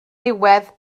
diwedd